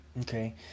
Okay